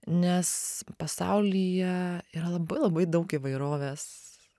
nes pasaulyje yra labai labai daug įvairovės